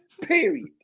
Period